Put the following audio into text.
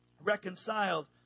Reconciled